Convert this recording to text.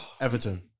Everton